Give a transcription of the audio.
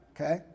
Okay